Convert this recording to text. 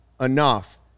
enough